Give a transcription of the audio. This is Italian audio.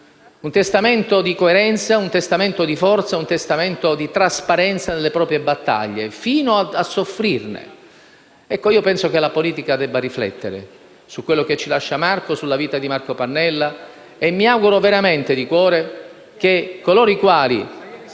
un testamento di coerenza, di forza, di trasparenza delle proprie battaglie, fino a soffrirne. Ecco, io penso che la politica debba riflettere su quello che ci lascia Marco e sulla vita di Marco Pannella. Mi auguro veramente di cuore che coloro i quali